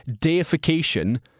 deification